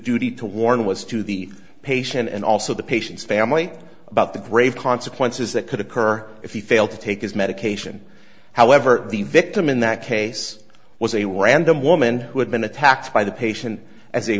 duty to warn was to the patient and also the patient's family about the grave consequences that could occur if he failed to take his medication however the victim in that case was a random woman who had been attacked by the patient as a